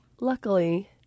Luckily